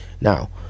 Now